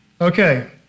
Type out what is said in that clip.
Okay